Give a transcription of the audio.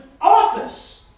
office